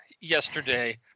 yesterday